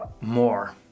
more